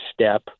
step